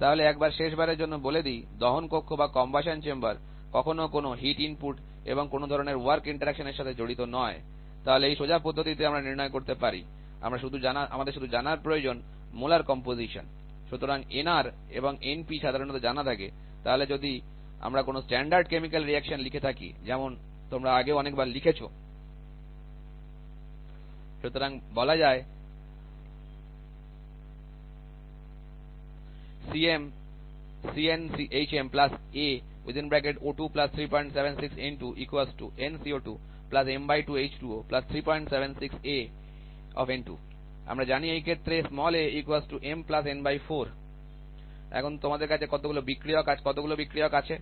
তাহলে একবার শেষবারের জন্য বলে দিই দহন কক্ষ বা combustion chamber কখনো কোন heat input এবং কোন ধরনের work interaction এর সাথে জড়িত নয় তাহলে এই সোজা পদ্ধতিতে আমরা নির্ণয় করতে পারি আমাদের শুধু জানার প্রয়োজন molar composition সুতরাং যদি Nr এবং Np সাধারণত জানা থাকে তাহলে যদি আমরা কোন standard chemical reaction লিখে থাকি যেমন তোমরা আগেও অনেকবার লিখেছ সুতরাং বলা যায় আমরা জানি এই ক্ষেত্রে এখন তোমাদের কাছে কতগুলো বিক্রিয়ক আছে